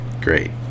Great